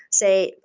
say,